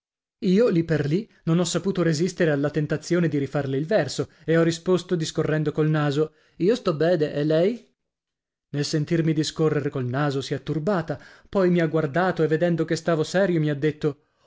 io lì per lì non ho saputo resistere alla tentazione di rifarle il verso e ho risposto discorrendo col naso io sto bene e lei nel sentirmi discorrer col naso si è turbata poi mi ha guardato e vedendo che stavo serio mi ha detto